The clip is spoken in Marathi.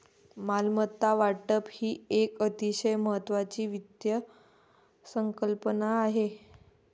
मालमत्ता वाटप ही एक अतिशय महत्वाची वित्त संकल्पना आहे